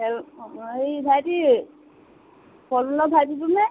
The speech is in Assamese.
ভাইটি ফল মূলৰ ভাইটিটো নে